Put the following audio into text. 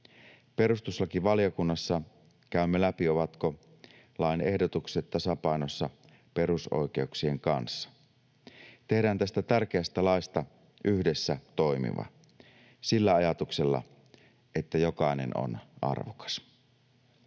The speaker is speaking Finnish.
Perustuslakivaliokunnassa käymme läpi, ovatko lain ehdotukset tasapainossa perusoikeuksien kanssa. Tehdään yhdessä tästä tärkeästä laista toimiva, sillä ajatuksella, että jokainen on arvokas.